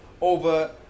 over